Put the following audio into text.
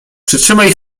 przytrzymaj